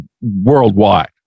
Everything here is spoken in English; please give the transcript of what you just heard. worldwide